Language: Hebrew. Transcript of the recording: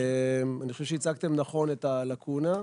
אני חושב שהצגתם נכון את הלאקונה,